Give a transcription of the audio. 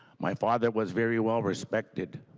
my father was very well respected.